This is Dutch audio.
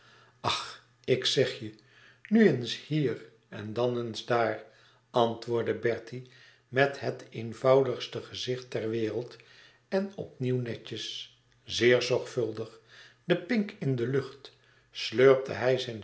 ach ik zeg je nu eens hier en dan eens daar antwoordde bertie met het eenvoudigste gezicht ter wereld en op nieuw netjes zeer zorgvuldig de pink in de lucht slurpte hij